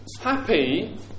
happy